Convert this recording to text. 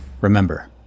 Remember